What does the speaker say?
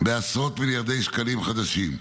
בעשרות מיליארדי שקלים חדשים.